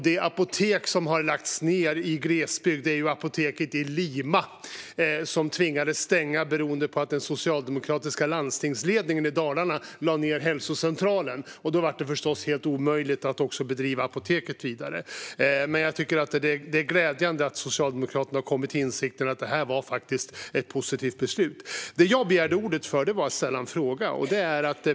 Det apotek som har lagts ned i glesbygden är apoteket i Lima, som tvingades stänga på grund av att den socialdemokratiska landstingsledningen i Dalarna lade ned hälsocentralen. Då blev det förstås helt omöjligt att driva apoteket vidare. Det är glädjande att Socialdemokraterna har kommit till insikt om att omregleringen var ett positivt beslut. Jag begärde ordet för att få ställa en fråga.